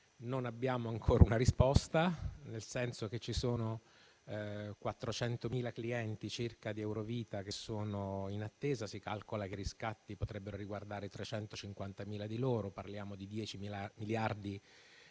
non abbiamo ancora una risposta, nel senso che ci sono circa 400.000 clienti di Eurovita in attesa. Si calcola che i riscatti potrebbero riguardare 350.000 di loro (parliamo di 10 miliardi di